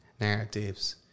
narratives